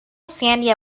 sandia